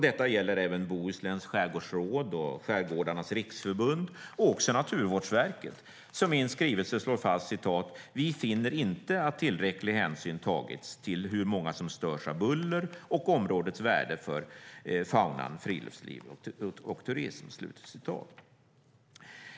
Detta gäller även Bohusläns Skärgårdsråd, Skärgårdarnas Riksförbund och också Naturvårdsverket, som i en skrivelse slår fast: "Vi finner inte att tillräcklig hänsyn tagits till hur många som störs av buller och områdets värde för faunan, friluftsliv och turism."